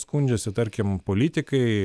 skundžiasi tarkim politikai